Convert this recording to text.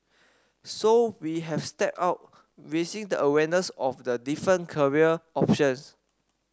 so we have stepped up raising the awareness of the different career options